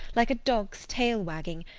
like a dog's tail wagging,